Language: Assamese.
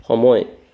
সময়